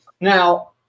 now